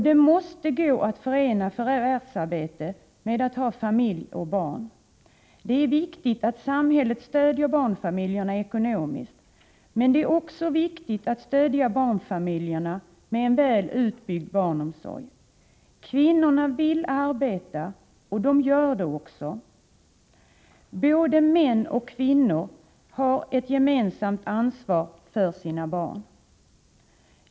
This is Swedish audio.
Det måste gå att förena förvärvsarbete med familj och barn. Det är viktigt att samhället stöder barnfamiljerna ekonomiskt, men det är också viktigt att stödja barnfamiljerna med en väl utbyggd barnomsorg. Kvinnorna vill arbeta, och de gör det också. Både män och kvinnor har ett gemensamt ansvar för sina barn.